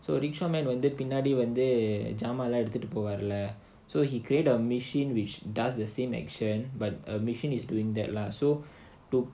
so rickshaw man வந்து பின்னாடி வந்து ஜாமான்லாம் தூக்கிட்டு போவாருல:vandhu pinnaadi vandhu jaamaanlaam thookittu povaarula so he create a machine which does the same action but a machine is doing that lah so to